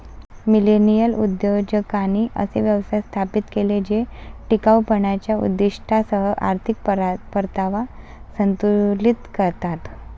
millennial उद्योजकांनी असे व्यवसाय स्थापित केले जे टिकाऊपणाच्या उद्दीष्टांसह आर्थिक परतावा संतुलित करतात